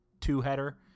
two-header